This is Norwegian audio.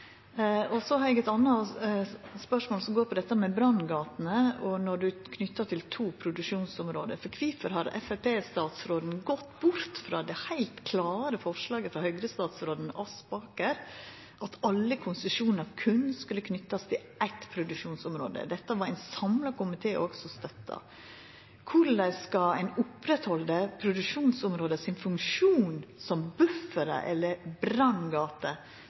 Så har eg eit anna spørsmål som går på dette med branngater når ein er knytt til to produksjonsområde. Kvifor har Framstegsparti-statsråden gått bort frå det heilt klare forslaget frå den tidlegare Høgre-statsråden Vik Aspaker om at alle konsesjonar berre skulle knytast til eitt produksjonsområde? Dette har ein samla komité òg støtta. Korleis skal ein oppretthalda produksjonsområdas funksjon som buffer eller branngate